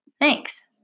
Thanks